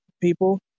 people